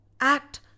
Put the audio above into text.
Act